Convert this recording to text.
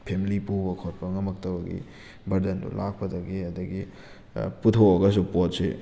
family ꯄꯨꯕ ꯈꯣꯠꯄ ꯉꯝꯃꯛꯇꯕꯒꯤ ꯕꯔꯗꯟꯗꯨ ꯂꯥꯛꯄꯗꯒꯤ ꯑꯗꯒꯤ ꯄꯨꯊꯣꯛꯑꯒꯁꯨ ꯄꯣꯠꯁꯤ